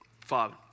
Father